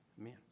Amen